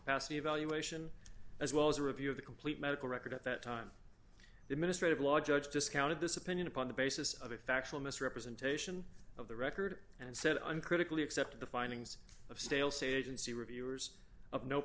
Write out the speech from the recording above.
capacity evaluation as well as a review of the complete medical record at that time the ministry of law judge discounted this opinion upon the basis of a factual misrepresentation of the record and said uncritically accept the findings of stale say agency reviewers of no